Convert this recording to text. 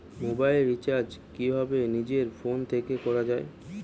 Mobile recharge কিভাবে নিজের phone থেকে করা য়ায়?